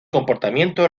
comportamiento